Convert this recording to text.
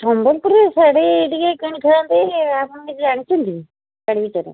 ସମ୍ବଲପୁରୀ ଶାଢ଼ୀ ଟିକେ କିଣିଥାନ୍ତି ଆପଣ କିଛି ଜାଣିଛନ୍ତି ଶାଢ଼ୀ ବିଷୟରେ